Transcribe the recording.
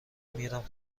میرم